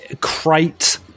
Crate